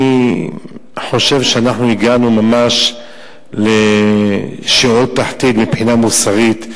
אני חושב שהגענו ממש לשאול תחתית מבחינה מוסרית.